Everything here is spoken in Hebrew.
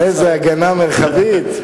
איזו הגנה מרחבית...